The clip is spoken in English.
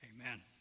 Amen